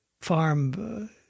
farm